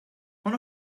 one